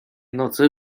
nocy